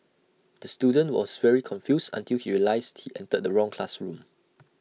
the student was very confused until he realised he entered the wrong classroom